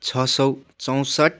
छ सौ चौँसठ